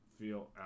feel